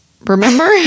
Remember